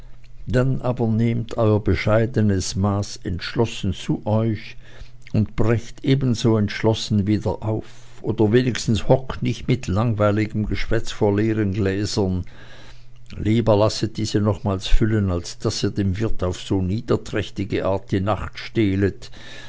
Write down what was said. dann aber nehmt euer bescheidenes maß ent schlossen zu euch und brecht ebenso entschlossen wieder auf oder wenigstens hockt nicht mit langweiligem geschwätz vor leeren gläsern lieber lasset diese nochmals füllen als daß ihr dem wirte auf so niederträchtige art die nacht stehlet